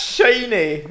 Shiny